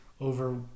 over